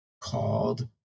called